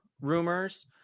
rumors